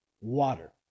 water